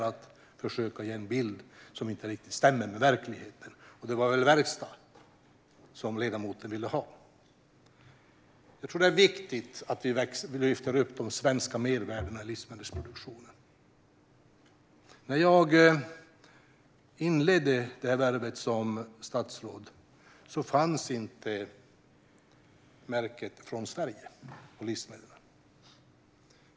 Man försöker ge en bild som inte riktigt stämmer med verkligheten. Det var väl verkstad som ledamoten ville ha? Jag tror att det är viktigt att vi lyfter fram de svenska mervärdena i livsmedelsproduktionen. När jag inledde detta värv som statsråd fanns inte märket Från Sverige på livsmedel.